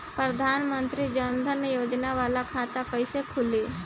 प्रधान मंत्री जन धन योजना वाला खाता कईसे खुली?